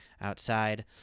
outside